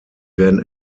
werden